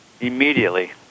immediately